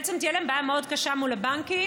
תהיה להם בעיה מאוד קשה מול הבנקים.